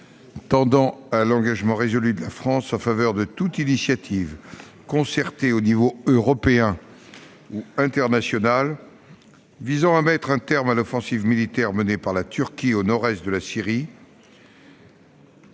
invite à l'engagement résolu de la France en faveur de toute initiative concertée au niveau européen et international de nature à faire cesser l'offensive menée par la Turquie au nord-est de la Syrie.